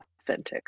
authentic